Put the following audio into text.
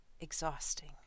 exhausting